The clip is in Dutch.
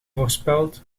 voorspeld